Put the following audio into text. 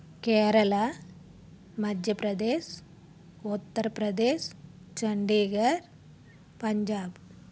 Kerala Madhya Pradesh Uttar Pradesh Chandigarh Punjab